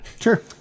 Sure